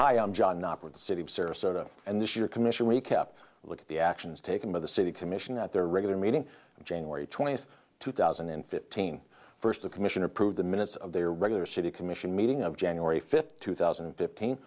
sarasota and this year commission recap look at the actions taken by the city commission at their regular meeting in january twentieth two thousand and fifteen first the commission approved the minutes of their regular city commission meeting of january fifth two thousand and fifteen